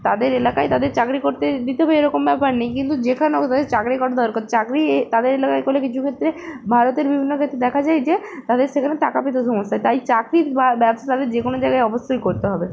তাদের এলাকায় তাদের চাকরি করতে দিতে হবে এরকম ব্যাপার নেই কিন্তু যেখানে হোক তাদের চাকরি করা দরকার চাকরি এ তাদের এলাকায় করলে কিছু ক্ষেত্রে ভারতের বিভিন্ন ক্ষেত্রে দেখা যায় যে তাদের সেখানে টাকা পেতে সমস্যা হয় তাই চাকরির বা ব্যবসা তাদের যে কোনো জায়গায় অবশ্যই করতে হবে